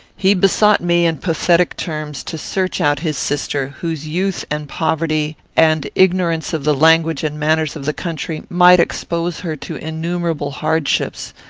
he besought me, in pathetic terms, to search out his sister, whose youth and poverty, and ignorance of the language and manners of the country, might expose her to innumerable hardships.